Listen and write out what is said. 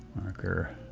marker.